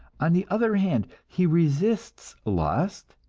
on the other hand, he resists lust,